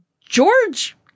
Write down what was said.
George